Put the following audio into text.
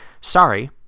sorry